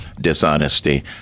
dishonesty